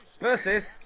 Versus